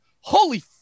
Holy